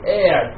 air